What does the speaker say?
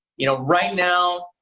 you know right now.